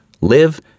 live